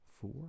four